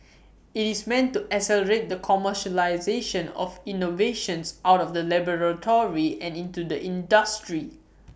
IT is meant to accelerate the commercialisation of innovations out of the laboratory and into the industry